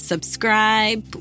subscribe